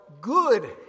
good